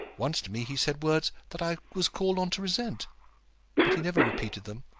once to me he said words that i was called on to resent but he never repeated them,